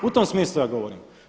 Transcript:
U tome smislu ja govorim.